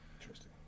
Interesting